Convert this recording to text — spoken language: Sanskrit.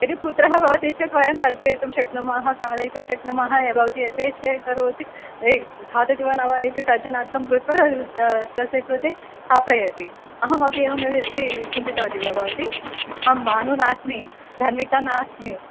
यदि पुत्रः भवति चेत् वयं तर्जयितुं शक्नुमः ताडयितुं शक्नुमः भवति यथेच्छया करोति खादति वा न वा इति तर्जनादिकं कृत्वा तस्य कृते स्थापयति अहमपि एवमेव इति चिन्तितवती वा भवति अहं बानु नास्ति धन्विका नास्मि